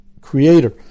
creator